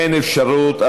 אין אפשרות,